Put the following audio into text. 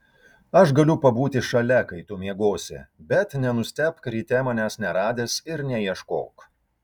aš galiu pabūti šalia kai tu miegosi bet nenustebk ryte manęs neradęs ir neieškok